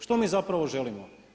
Što mi zapravo želimo?